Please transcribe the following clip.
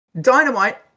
Dynamite